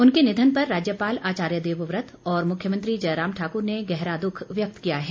उनके निधन पर राज्यपाल आचार्य देवव्रत और मुख्यमंत्री जयराम ठाक्र ने गहरा शोक व्यक्त किया है